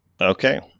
Okay